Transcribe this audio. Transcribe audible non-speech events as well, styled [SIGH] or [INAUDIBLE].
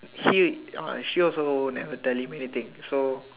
she [BREATH] uh she also never tele me anything so